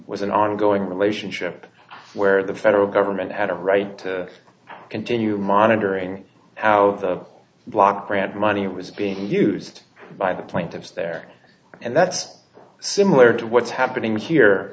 was an ongoing relationship where the federal government had a right to continue monitoring how the block grant money was being used by the plaintiffs there and that's similar to what's happening here